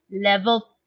Level